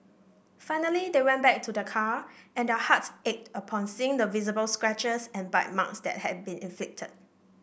finally they went back to the car and their hearts ached upon seeing the visible scratches and bite marks that have been inflicted